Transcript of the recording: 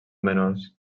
menors